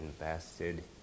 invested